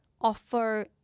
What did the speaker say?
offer